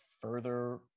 further